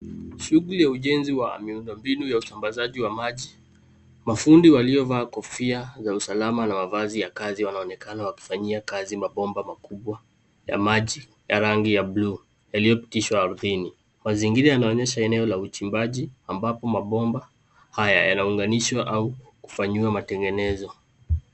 Shughuli ya ujenzi wa miundo mbinu ya usambazaji wa maji. Mafundi waliovaa kofia ya usalama na mavazi ya kazi wanaonekana wakifanyia kazi mabomba makubwa ya maji ya rangi ya buluu, yaliyopitishwa ardhini. Mazingira yanaonyesha eneo la uchimbaji ambapo mabomba haya yanaunganishwa au kufanyiwa matengenezo.